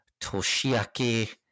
Toshiaki